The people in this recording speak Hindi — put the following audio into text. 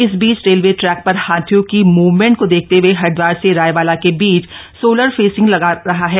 इस बीच रेलवे ट्रैक पर हाथियों की मूवमेंट को देखते हुए हरिद्वार से रायवाला के बीच सोलर फेंसिंग लगा रहा है